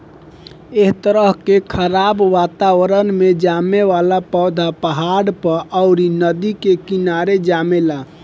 ए तरह के खराब वातावरण में जामे वाला पौधा पहाड़ पर, अउरी नदी के किनारे जामेला